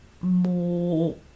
more